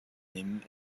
nehmen